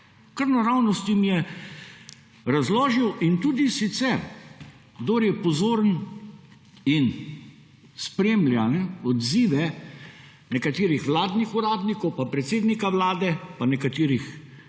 Kar naravnost jim je razložil. In tudi sicer, kdor je pozoren in spremlja odzive nekaterih vladnih uradnikov in predsednika vlade in nekaterih poslancev,